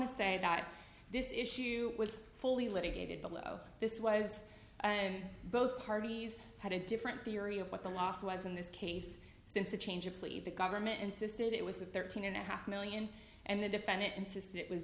to say that this issue was fully litigated below this was and both parties had a different theory of what the loss was in this case since the change of plea the government insisted it was a thirteen and a half million and the defendant insisted it was